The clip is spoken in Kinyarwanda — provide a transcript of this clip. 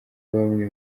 bamwe